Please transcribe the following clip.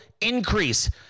increase